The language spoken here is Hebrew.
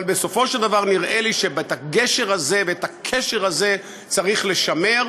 אבל בסופו של דבר נראה לי שאת הגשר הזה ואת הקשר הזה צריך לשמר.